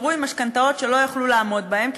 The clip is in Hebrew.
הם נשארו עם משכנתאות שהם לא יכלו לעמוד בהן,